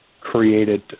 created